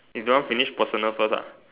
you don't want finish personal first ah